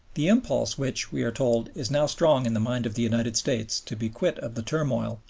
the impulse which, we are told, is now strong in the mind of the united states to be quit of the turmoil,